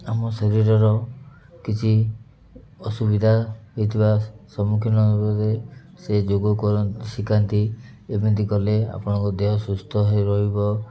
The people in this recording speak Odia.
ଆମ ଶରୀରର କିଛି ଅସୁବିଧା ହୋଇଥିବା ସମ୍ମୁଖୀନ ସେ ଯୋଗ କରନ୍ତି ଶିଖାନ୍ତି ଏମିତି କଲେ ଆପଣଙ୍କ ଦେହ ସୁସ୍ଥ ରହିବ